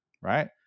right